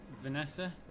Vanessa